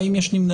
האם יש נמנעים?